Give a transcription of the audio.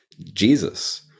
Jesus